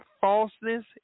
falseness